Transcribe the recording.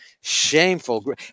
shameful